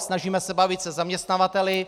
Snažíme se bavit se zaměstnavateli.